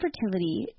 fertility